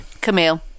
Camille